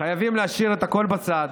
חייבים להשאיר את הכול בצד,